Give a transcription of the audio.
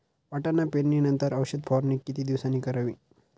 वाटाणा पेरणी नंतर औषध फवारणी किती दिवसांनी करावी?